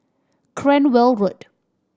Cranwell Road